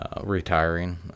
retiring